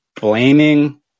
blaming